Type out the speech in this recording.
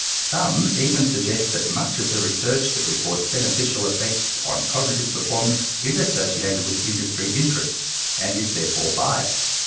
some even suggest that much of the research that reports beneficial effects on cognitive performance is associated with industry interests and is therefore biased.